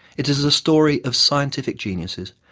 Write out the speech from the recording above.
it is a story of scientific geniuses,